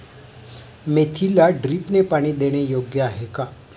मेथीला ड्रिपने पाणी देणे योग्य आहे का?